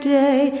day